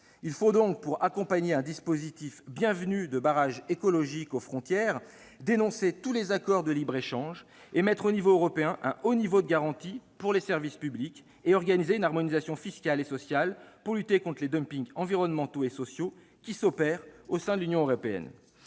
Il faut donc, pour accompagner un dispositif bienvenu de barrage écologique aux frontières, dénoncer tous les accords de libre-échange, instaurer à l'échelon européen un haut niveau de garantie pour les services publics et organiser une harmonisation fiscale et sociale pour lutter contre les dumpings environnementaux et sociaux qui s'opèrent au sein même de l'Union européenne.